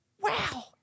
Wow